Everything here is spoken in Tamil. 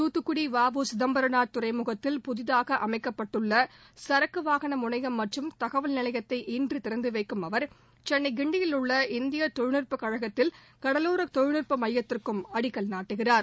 தூத்துக்குடி வ உ சிதம்பரனாா் துறைமுகத்தில் புதிதாக அமைக்கப்பட்டுள்ள சரக்கு வாகன முனையம் மற்றும் தகவல் நிலையத்தை இன்று திறந்து வைக்கும் அவா் சென்னை கிண்டியில் உள்ள இந்திய தொழில்நுட்பக் கழகத்தில் கடலோர தொழில்நுட்ப மையத்திற்கும் அடிக்கல் நாட்டுகிறார்